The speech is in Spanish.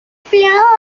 empleado